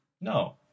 No